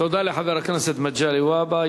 תודה לחבר הכנסת מגלי והבה.